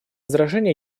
возражений